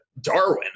Darwin